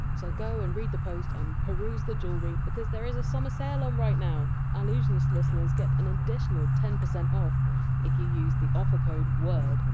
so go and read the post and peruse the jewelry because there is a summer sale on right now, and allusionist listeners get an additional ten percent off if you use the offer code! word!